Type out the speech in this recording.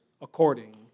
according